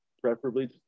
preferably